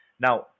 Now